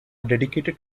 dedicated